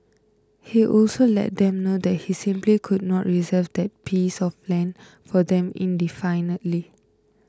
he also let them know that he simply could not reserve that piece of land for them indefinitely